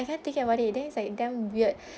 I keep on thinking about it then it's like damn weird